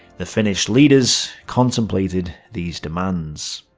the finnish leaders contemplated these demands.